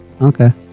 Okay